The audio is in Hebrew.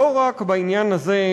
לא רק בעניין הזה,